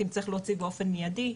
אם צריך להוציא באופן מיידי,